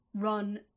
run